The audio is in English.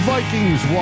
Vikings